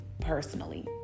personally